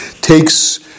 takes